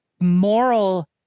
moral